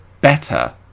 better